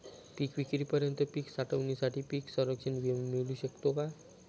पिकविक्रीपर्यंत पीक साठवणीसाठी पीक संरक्षण विमा मिळू शकतो का?